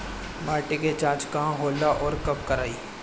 माटी क जांच कहाँ होला अउर कब कराई?